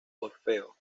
orfeo